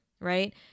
right